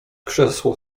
krzesło